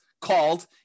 called